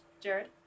Jared